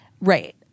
Right